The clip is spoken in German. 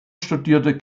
studierte